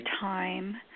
time